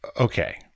Okay